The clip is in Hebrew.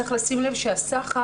צריך לשים לב שהסחר,